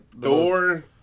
Thor